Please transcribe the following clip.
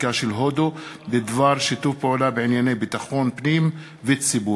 הרפובליקה של הודו בדבר שיתוף פעולה בענייני ביטחון פנים וציבור.